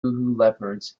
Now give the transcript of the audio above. leopards